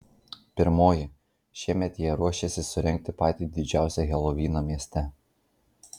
pirmoji šiemet jie ruošiasi surengti patį didžiausią helovyną mieste